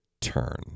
turn